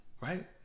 right